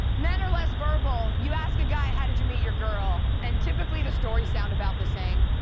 men are less verbal. you ask a guy how did you meet your girl and typically the stories sound about the same.